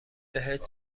بهت